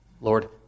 Lord